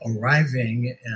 arriving